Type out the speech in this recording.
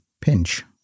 pinch